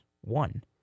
one